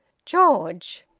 george!